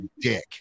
dick